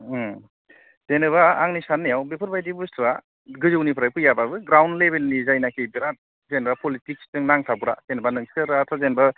ओम जेनेबा आंनि साननायाव बेफोरबायदि बुसथुआ गोजौनिफ्राय फैयाबाबो ग्राउन्ड लेबेलनि जायनोखि बिराद जेनेबा पलिटिक्सजों नांथाबग्रा जेनेबा नोंसोर दाथ' जेनेबा